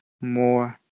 more